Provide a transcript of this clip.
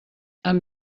amb